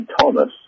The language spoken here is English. Thomas